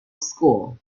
school